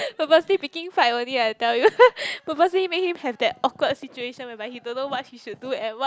purposely picking fight only I tell you purposely make him have that awkward situation whereby he don't know what he should do and what